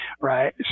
right